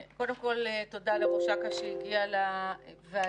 תודה לראש אכ"א שהגיע לוועדה.